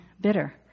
bitter